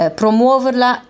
promuoverla